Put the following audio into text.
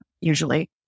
usually